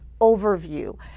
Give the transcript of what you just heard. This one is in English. overview